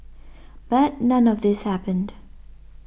but none of this happened